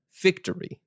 victory